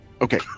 Okay